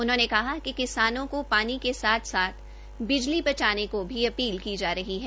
उन्होंने कहा कि किसानों को पानी के साथ साथ बिजली बचाने की भी अपील की जा रही है